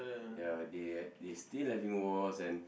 ya they are they still having wars and